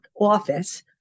office